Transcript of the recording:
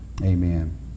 Amen